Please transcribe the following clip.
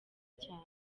cyane